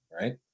right